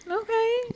Okay